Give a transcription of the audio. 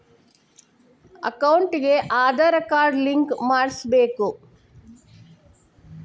ಅಕೌಂಟಿಗೆ Aadhaar card link ಮಾಡಿಸಬೇಕು?